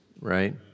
right